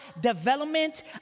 development